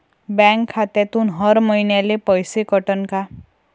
Bank खात्यातून हर महिन्याले पैसे कटन का?